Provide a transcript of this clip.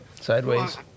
Sideways